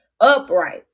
upright